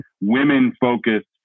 women-focused